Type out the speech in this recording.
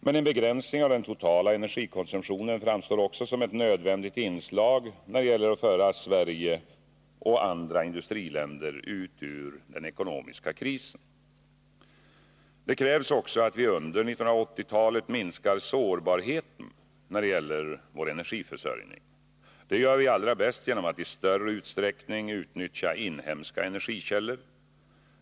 Men en begränsning av den totala energikonsumtionen framstår också som ett nödvändigt inslag när det gäller att föra Sverige och andra industriländer ut ur den ekonomiska krisen. Det krävs också att vi under 1980-talet minskar sårbarheten när det gäller vår energiförsörjning. Det gör vi allra bäst genom att vi i större utsträckning utnyttjar inhemska energikällor.